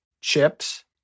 Chips